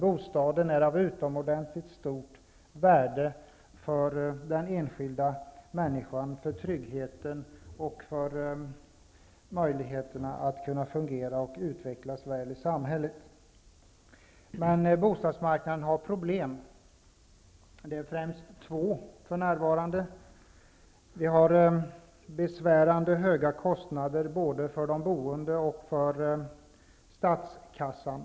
Bostaden är av utomordentligt stort värde för den enskilda människan, för tryggheten och för människans möjligheter att fungera och utvecklas väl i samhället. Men bostadsmarknaden har problem, för närvarande främst två. Vi har för det första besvärande höga kostnader både för de boende och för statskassan.